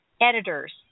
editors